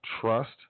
trust